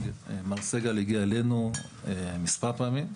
מר סגל הגיע אלינו מספר פעמים,